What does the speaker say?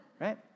right